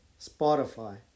Spotify